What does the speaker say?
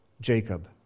Jacob